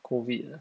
COVID lah